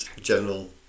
general